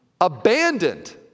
abandoned